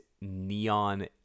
neon